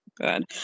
good